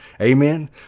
amen